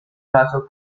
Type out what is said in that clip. caso